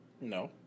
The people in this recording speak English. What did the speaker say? No